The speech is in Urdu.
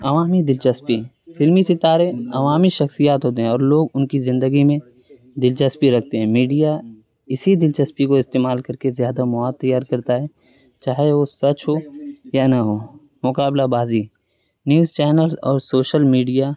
عوامی دلچسپی فلمی ستارے عوامی شخصیات ہوتے ہیں اور لوگ ان کی زندگی میں دلچسپی رکھتے ہیں میڈیا اسی دلچسپی کو استعمال کر کے زیادہ مواد تیار کرتا ہے چاہے وہ سچ ہو یا نہ ہو مقابلہ بازی نیوز چینل اور سوشل میڈیا